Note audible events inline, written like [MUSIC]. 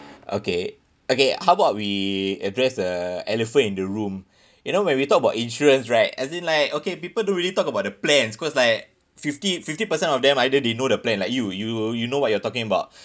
okay okay how about we address the elephant in the room you know when we talk about insurance right as in like okay people don't really talk about the plans cause like fifty fifty percent of them either they know the plan like you you you know what you're talking about [BREATH]